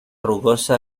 rugosa